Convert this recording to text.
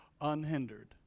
unhindered